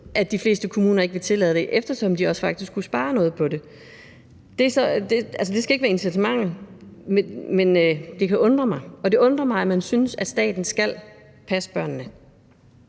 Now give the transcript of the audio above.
at de fleste kommuner ikke vil tillade det, eftersom de faktisk også kunne spare noget på det. Altså, det skal ikke være incitamentet, men det kan undre mig. Og det undrer mig, at man synes, at det skal være staten,